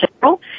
general